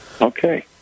Okay